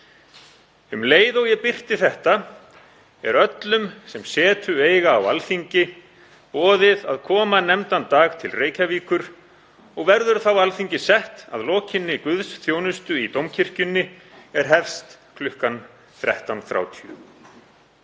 Um leið og ég birti þetta, er öllum, sem setu eiga á Alþingi, boðið að koma nefndan dag til Reykjavíkur, og verður þá Alþingi sett að lokinni guðsþjónustu í Dómkirkjunni er hefst kl. 13.30.